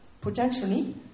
potentially